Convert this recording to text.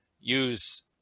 use